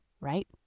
right